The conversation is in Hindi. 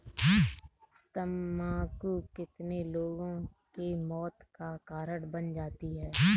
तम्बाकू कितने लोगों के मौत का कारण बन जाती है